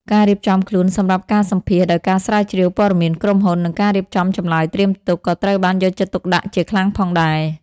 ការរៀបចំខ្លួនសម្រាប់ការសម្ភាសន៍ ដោយការស្រាវជ្រាវព័ត៌មានក្រុមហ៊ុន និងការរៀបចំចម្លើយត្រៀមទុក ក៏ត្រូវបានយកចិត្តទុកដាក់ជាខ្លាំងផងដែរ។